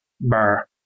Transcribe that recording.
bar